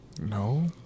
No